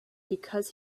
because